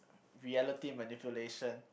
reality manipulation